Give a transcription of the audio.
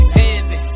heavy